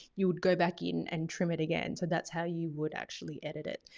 you would go back in and trim it again. so that's how you would actually edit it.